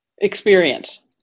experience